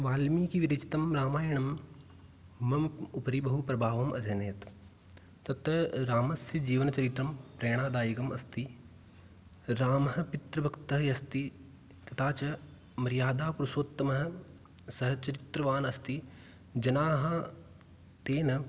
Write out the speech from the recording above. वाल्मीकिविरचितं रामायणं मम उपरि बहुप्रभावम् अजनयत् तत्र रामस्य जीवनचरितं प्रेरणादायकमस्ति रामः पितृभक्तः अस्ति तथा च मर्यादापुरुषोत्तमः स चरित्रवान् अस्ति जनाः तेन